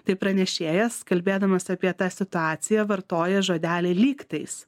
tai pranešėjas kalbėdamas apie tą situaciją vartoja žodelį lygtais